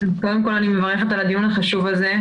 קודם כל אני מברכת על הדיון החשוב הזה,